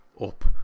up